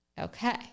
Okay